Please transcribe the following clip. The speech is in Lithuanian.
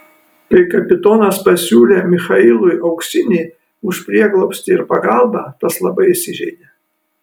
kai kapitonas pasiūlė michailui auksinį už prieglobstį ir pagalbą tas labai įsižeidė